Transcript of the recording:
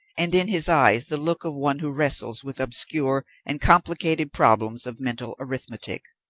and in his eyes the look of one who wrestles with obscure and complicated problems of mental arithmetic.